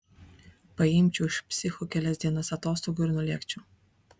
paimčiau iš psichų kelias dienas atostogų ir nulėkčiau